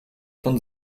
von